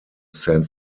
san